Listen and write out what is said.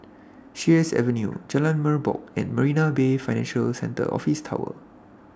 Sheares Avenue Jalan Merbok and Marina Bay Financial Centre Office Tower